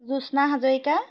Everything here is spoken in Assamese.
জ্যোৎস্না হাজৰিকা